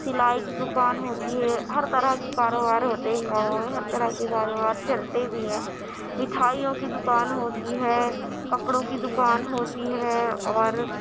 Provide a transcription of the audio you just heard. سلائی کی دکان ہوتی ہے ہر طرح کے کاروبار ہوتے ہیں گاؤں میں ہر طرح کے کاروبار چلتے بھی ہیں مٹھائیوں کی دکان ہوتی ہے کپڑوں کی دکان ہوتی ہے اور